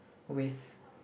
with